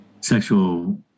sexual